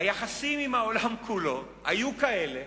היחסים עם העולם כולו היו כאלה